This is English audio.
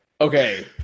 Okay